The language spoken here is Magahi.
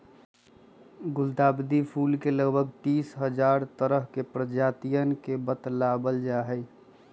गुलदावरी फूल के लगभग तीस तरह के प्रजातियन के बतलावल जाहई